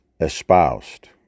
espoused